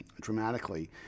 dramatically